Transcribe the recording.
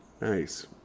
Nice